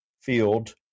field